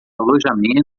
alojamento